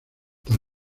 tal